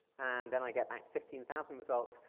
then i get back fifteen thousand results.